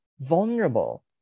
vulnerable